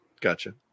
Gotcha